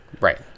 Right